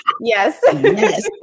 yes